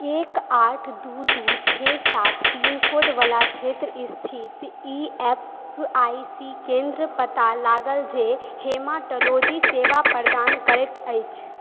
एक आठ दू दू छओ सात पिन कोडवला क्षेत्रमे स्थित ई एस आइ सी केन्द्रके पता लगाउ जे हेमाटोलोजी सेवा प्रदान करैत अछि